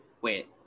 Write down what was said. Wait